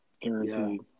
guaranteed